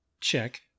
check